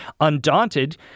Undaunted